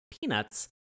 Peanuts